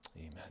Amen